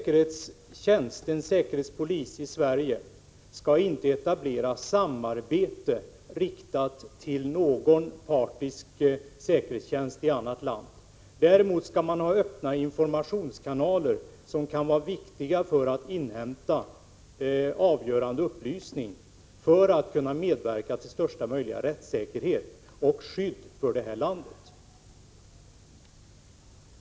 En säkerhetspolis i Sverige skall inte etablera samarbete med någon partisk säkerhetstjänst i ett annat land. Däremot skall man ha öppna informationskanaler som kan vara viktiga för att inhämta avgörande upplysningar för att kunna medverka till största möjliga rättssäkerhet och skydd för detta land.